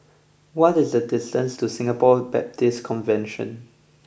what is the distance to Singapore Baptist Convention